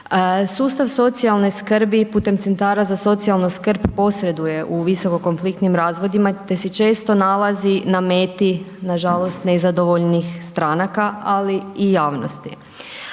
Sustav socijalne skrbi putem centara za socijalnu skrb posreduje u visoko konfliktnim razvodima te se često nalazi na meti nažalost nezadovoljnih stranaka ali i javnosti.